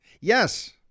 Yes